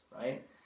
right